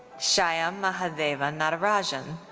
shyam mahadevan natarajan.